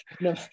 no